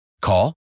Call